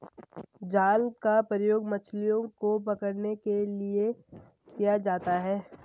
जाल का प्रयोग मछलियो को पकड़ने के लिये किया जाता है